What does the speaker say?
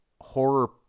horror